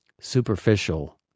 superficial